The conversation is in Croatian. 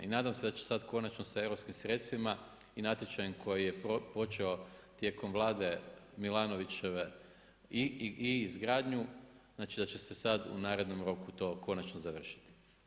I nadam se da će se sad konačno europskim sredstvima i natječajem koji je počeo tijekom Vlade Mihanovićeve i izgradnju, znači da će se sad u narednom roku to konačno završiti.